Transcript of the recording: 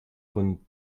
von